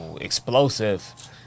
explosive